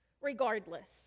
Regardless